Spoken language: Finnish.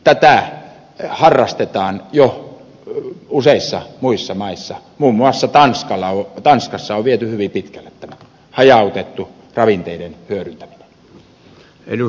tätä harrastetaan jo useissa muissa maissa muun muassa tanskassa on viety hyvin pitkälle tämä hajautettu ravinteiden hyödyntäminen